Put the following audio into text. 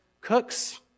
cooks